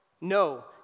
No